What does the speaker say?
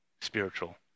spiritual